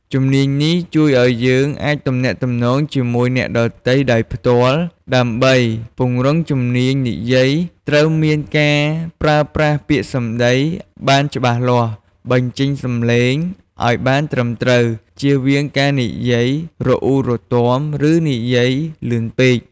ជំនាញនេះជួយឱ្យយើងអាចទំនាក់ទំនងជាមួយអ្នកដទៃដោយផ្ទាល់ ដើម្បីពង្រឹងជំនាញនិយាយ ត្រូវមានការប្រើប្រាស់ពាក្យសម្ដីបានច្បាស់លាស់ បញ្ចេញសំឡេងឱ្យបានត្រឹមត្រូវ ជៀសវាងការនិយាយរអ៊ូរទាំ ឬនិយាយលឿនពេក។